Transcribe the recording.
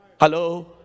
Hello